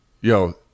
Yo